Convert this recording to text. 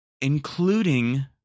Including